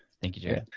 thank you jaren.